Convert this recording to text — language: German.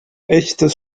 echtes